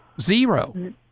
Zero